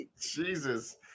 Jesus